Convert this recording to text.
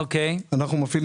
בשדרות,